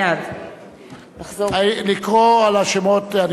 בעד לחזור על השמות.